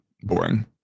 Boring